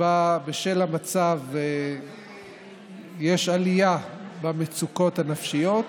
שבה בשל המצב יש עלייה במצוקות הנפשיות,